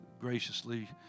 graciously